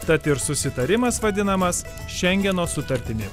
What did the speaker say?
tad ir susitarimas vadinamas šengeno sutartimi